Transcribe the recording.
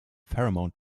pheromone